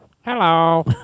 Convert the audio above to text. Hello